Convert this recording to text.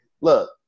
look